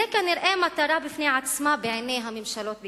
זו כנראה מטרה בפני עצמה בעיני הממשלות בישראל.